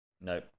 No